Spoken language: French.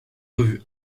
revues